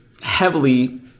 heavily